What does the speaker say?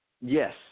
Yes